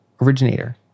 originator